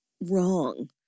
wrong